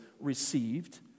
received